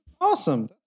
Awesome